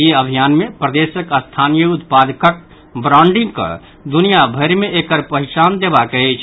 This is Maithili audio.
ई अभियान मे प्रदेशक स्थानीय उत्पादक ब्रांडिंग कऽ दूनिया भरि मे एकर पहिचान देबाक अछि